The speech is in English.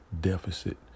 deficit